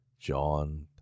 John